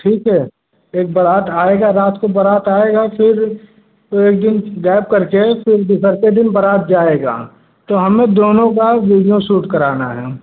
ठीक है एक बारात आएगी रात को बारात आएगी फिर एक दिन गैप कर के फिर दोपहर के दिन बारात जाएगी तो हमें दोनों का वीडियो सूट करना है